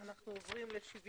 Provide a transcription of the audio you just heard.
אנחנו עוברים לסעיף